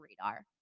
radar